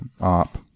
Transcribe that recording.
op